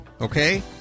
okay